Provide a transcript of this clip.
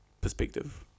perspective